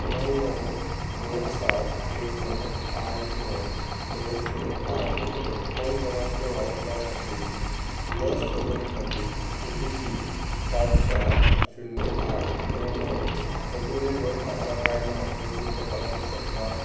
णव णव दोन सात एक णव आठ णव दोन शुन्य आठ फोन क्रमांक वापरप्या खातीर लस नोंदणी खातीर ओ टी पी सात चार शुन्य आठ णव णव अजूनय वैध आसा काय ना तें तूं तपासूंक शकता